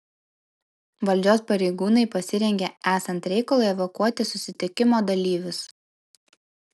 valdžios pareigūnai pasirengė esant reikalui evakuoti susitikimo dalyvius